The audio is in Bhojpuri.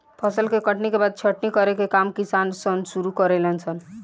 फसल के कटनी के बाद छटनी करे के काम किसान सन शुरू करे ले सन